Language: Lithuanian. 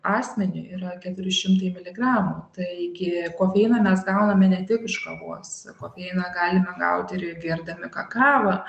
asmeniui yra keturi šimtai miligramų taigi kofeiną mes gauname ne tik iš kavos kofeiną galime gauti ir gerdami kakavą